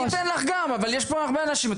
אני אתן גם לך, אבל יש כאן הרבה אנשים.